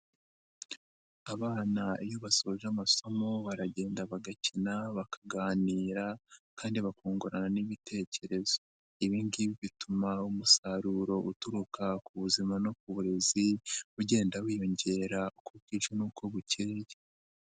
Abana iyo basoje amasomo, baragenda bagakina, bakaganira kandi bakungurana n'imitekerezo. Ibi ngibi bituma umusaruro uturuka ku buzima no ku burezi ugenda wiyongera uko bwije n'uko bukeye.